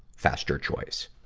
faster choice.